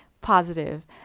positive